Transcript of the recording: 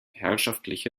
herrschaftliche